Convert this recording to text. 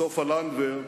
סופה לנדבר,